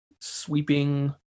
sweeping